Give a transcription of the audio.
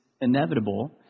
inevitable